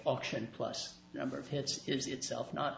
auction plus number of hits is itself not